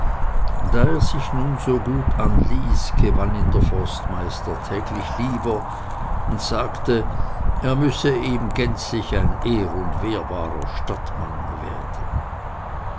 da er sich nun so gut anließ gewann ihn der forstmeister täglich lieber und sagte er müsse ihm gänzlich ein ehr und wehrbarer stadtmann werden